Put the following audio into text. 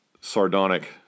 sardonic